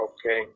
Okay